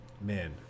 man